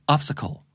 Obstacle